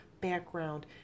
background